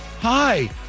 Hi